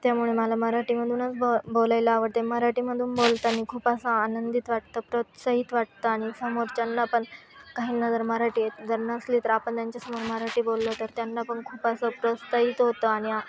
त्यामुळे मला मराठीमधूनच ब बोलायला आवडते मराठीमधून बोलताना खूप असं आनंदित वाटतं प्रोत्साहित वाटतं आणि समोरच्यांना पण काहींना जर मराठी येत जर नसली तर आपण त्यांच्यासमोर मराठी बोललं तर त्यांना पण खूप असं प्रोत्साहित होतं आणि